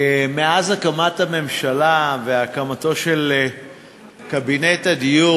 מאז הקמת הממשלה והקמתו של קבינט הדיור